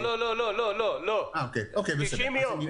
לא הבנו